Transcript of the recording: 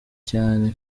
cyane